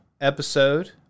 episode